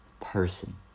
person